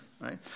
right